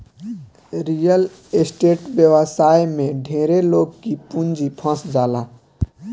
real estate व्यवसाय में ढेरे लोग के पूंजी फंस जाला